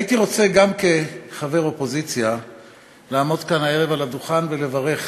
הייתי רוצה גם כחבר אופוזיציה לעמוד כאן הערב על הדוכן ולברך